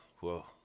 whoa